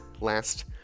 last